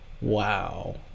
Wow